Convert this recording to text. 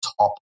top